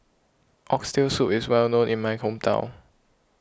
Oxtail Soup is well known in my hometown